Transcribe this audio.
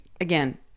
again